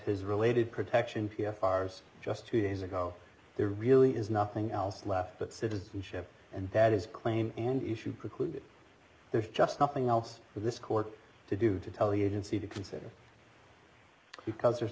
his related protection p f ours just two days ago there really is nothing else left but citizenship and that is a claim and issue precluded there's just nothing else for this court to do to tell the agency to consider because there's